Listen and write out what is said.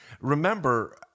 Remember